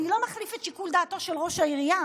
אני לא מחליף את שיקול דעתו של ראש העירייה,